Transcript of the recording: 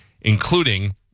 including